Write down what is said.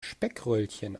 speckröllchen